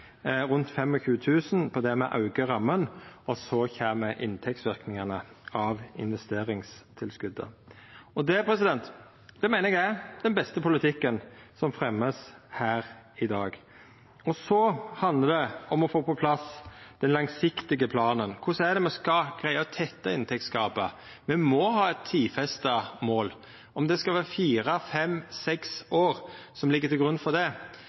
rundt 25 000 kr når me aukar ramma, og så kjem inntektsverknadene av investeringstilskotet. Det meiner eg er den beste politikken som vert fremja her i dag. Så handlar det om å få på plass den langsiktige planen. Korleis skal me greia å tetta inntektsgapet? Me må ha eit tidfesta mål. Om det skal vera fire–fem–seks år som ligg til grunn for det,